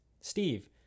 steve